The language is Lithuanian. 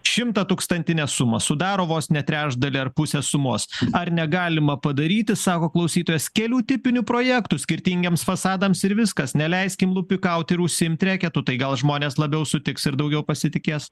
šimtatūkstantinę sumą sudaro vos ne trečdalį ar pusę sumos ar negalima padaryti sako klausytojas kelių tipinių projektų skirtingiems fasadams ir viskas neleiskim lupikauti ir užsiimt reketu tai gal žmonės labiau sutiks ir daugiau pasitikės